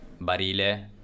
Barile